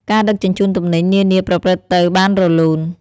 ការដឹកជញ្ជូនទំនិញនានាប្រព្រឹត្តទៅបានរលូន។